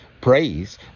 Praise